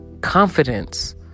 confidence